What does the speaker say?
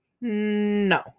No